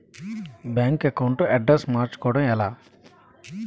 Bank account address మార్చుకోవడం ఎలా?